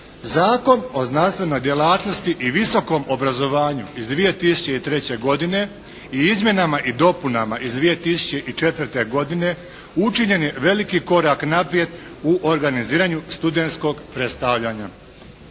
Zakon o znanstvenoj djelatnosti i visokom obrazovanju iz 2003. godine i izmjenama i dopunama iz 2004. godine, učinjen je veliki korak naprijed u organiziranju studentskog predstavljanja.